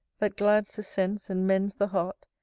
that glads the sense, and mends the heart,